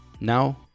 Now